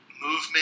movement